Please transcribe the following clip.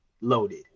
loaded